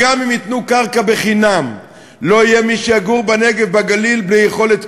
גם אם ייתנו קרקע חינם לא יהיה מי שיגור בנגב ובגליל בלי יכולת קיום.